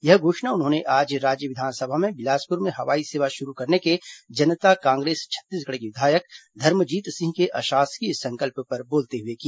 यह घोषणा उन्होंने आज राज्य विधानसभा में बिलासपुर में हवाई सेवा शुरू करने के जनता कांग्रेस छतीसगढ़ के विधायक धर्मजीत सिंह के अशासकीय संकल्प पर बोलते हुए की